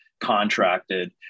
contracted